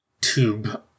tube